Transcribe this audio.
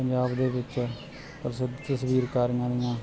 ਪੰਜਾਬ ਦੇ ਵਿੱਚ ਤਸਵੀਰਕਾਰੀਆਂ ਦੀਆਂ